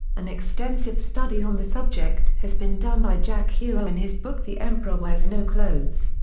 an extensive study on the subject has been done by jack herer in his book the emperor wears no clothes.